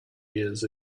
years